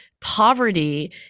poverty